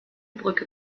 brücke